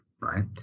right